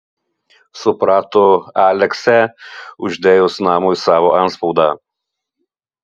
suprato aleksę uždėjus namui savo antspaudą